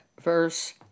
verse